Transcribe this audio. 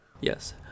Yes